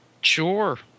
Sure